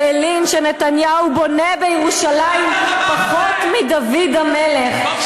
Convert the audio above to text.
שהלין שנתניהו בונה בירושלים פחות מדוד המלך.